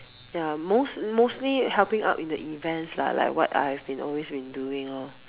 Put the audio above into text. ya most mostly helping out in the events lah like what I have always been doing lor